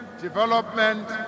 development